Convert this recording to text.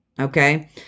Okay